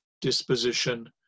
disposition